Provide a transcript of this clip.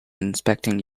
inspecting